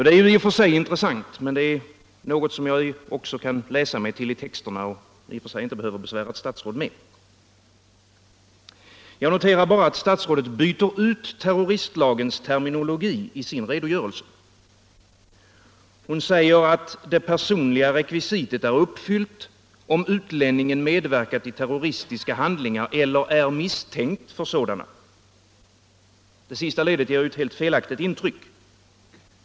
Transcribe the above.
Det är i och för sig intressant, men är något som jag också kan läsa mig till i texterna och i och för sig inte behöver besvära ett statsråd med. Jag noterar bara att statsrådet byter ut terroristlagens terminologi i sin redogörelse. Hon säger att det personliga rekvisitet är uppfyllt om utlänningen medverkat i terroristiska handlingar eller är misstänkt för sådana. Det sista ledet ger ett helt felaktigt intryck.